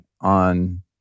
on